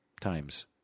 times